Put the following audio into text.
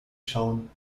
schauen